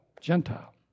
Gentile